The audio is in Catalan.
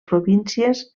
províncies